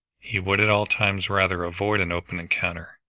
he would at all times rather avoid an open encounter,